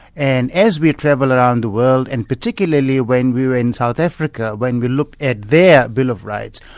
and as we travel around the world and particularly when we were in south africa, when we looked at their bill of rights,